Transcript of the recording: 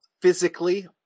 physically